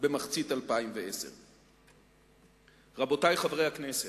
במחצית 2010. רבותי חברי הכנסת,